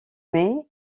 mai